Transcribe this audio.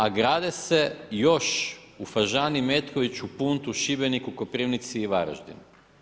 A grade se još u Fažani, Metkoviću, Puntu, Šibeniku, Koprivnici i Varaždinu.